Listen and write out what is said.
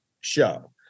show